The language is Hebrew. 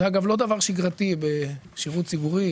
זה אגב לא דבר שגרתי בשירות ציבורי,